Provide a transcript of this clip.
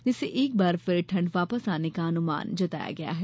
जिससे एक बार फिर ठंड वापस आने का अनुमान जताया गया है